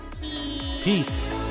Peace